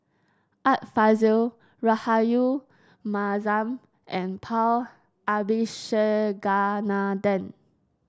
Art Fazil Rahayu Mahzam and Paul Abisheganaden